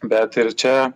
bet ir čia